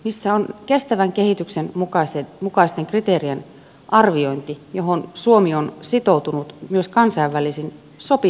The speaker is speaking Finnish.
missä on kestävän kehityksen mukaisten kriteerien arviointi johon suomi on sitoutunut myös kansainvälisin sopimuksin